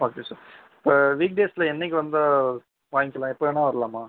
okay sir இப்போ week டேஸில் என்னைக்கு வந்தால் வாங்கிக்கலாம் எப்போ வேணுனா வரலாமா